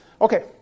Okay